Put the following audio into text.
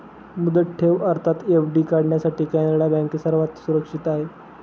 मुदत ठेव अर्थात एफ.डी काढण्यासाठी कॅनडा बँक सर्वात सुरक्षित आहे